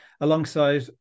alongside